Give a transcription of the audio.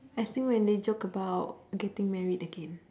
I think when they joke about getting married again